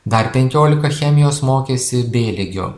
dar penkiolika chemijos mokėsi b lygiu